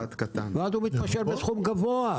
ואז הוא מתפשר בסכום גבוה.